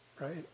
right